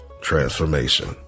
transformation